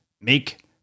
make